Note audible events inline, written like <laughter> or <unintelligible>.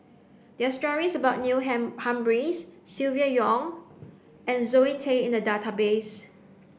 there are stories about Neil <unintelligible> Humphreys Silvia Yong and Zoe Tay in the database